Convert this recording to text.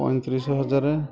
ପଇଁତିରିଶି ହଜାର